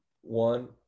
one